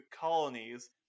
colonies